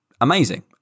amazing